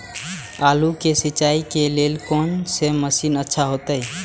आलू के सिंचाई के लेल कोन से मशीन अच्छा होते?